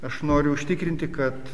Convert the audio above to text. aš noriu užtikrinti kad